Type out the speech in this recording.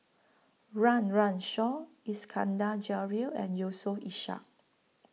Run Run Shaw Iskandar Jalil and Yusof Ishak